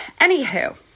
Anywho